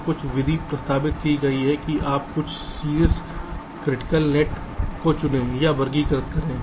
तो कुछ विधि प्रस्तावित की गई है कि आप कुछ शीर्ष क्रिटिकल नेट को चुनें या वर्गीकृत करें